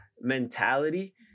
mentality